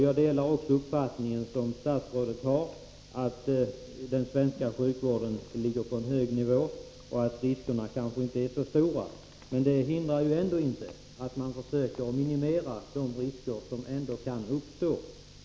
Jag delar statsrådets uppfattning att den svenska sjukvården ligger på en hög nivå och att riskerna kanske inte är så stora. Detta hindrar dock inte att man försöker minimera de risker som ändå kan uppstå.